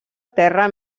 terra